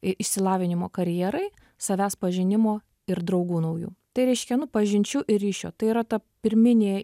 išsilavinimo karjerai savęs pažinimo ir draugų naujų tai reiškia nu pažinčių ir ryšio tai yra ta pirminė